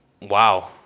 wow